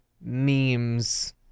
Memes